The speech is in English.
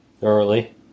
thoroughly